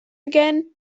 again